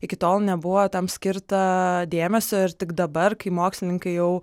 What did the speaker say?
iki tol nebuvo tam skirta dėmesio ir tik dabar kai mokslininkai jau